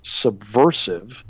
subversive